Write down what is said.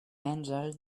angel